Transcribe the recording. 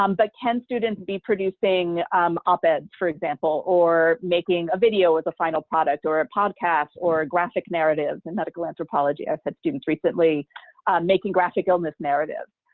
um but can students be producing op-eds, for example, or making a video with a final product or a podcast or graphic narratives in medical anthropology? i've had students recently making graphic illness narratives.